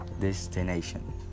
destination